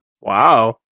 Wow